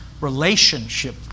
relationship